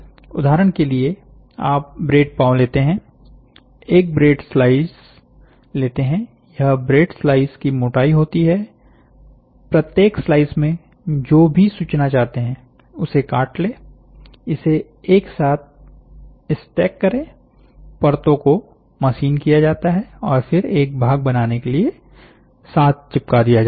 उदाहरण के लिए आप ब्रेड पाव लेते हैं एक ब्रेड स्लाइस लेते हैं यह ब्रेड स्लाइस की मोटाई होती है प्रत्येक स्लाइस में जो भी सूचना चाहते हैं उसे काट लें इसे एक साथ इसे स्टेक करें परतो को मशीन किया जाता है और फिर एक भाग बनने के लिए साथ चिपका दिया जाता है